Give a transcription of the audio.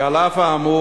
כי על אף האמור,